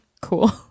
cool